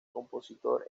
compositor